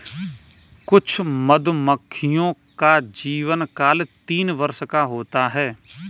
कुछ मधुमक्खियों का जीवनकाल तीन वर्ष का होता है